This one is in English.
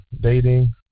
dating